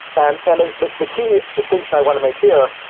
and and ah the the key distinction i want to make here,